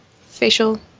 facial